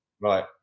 Right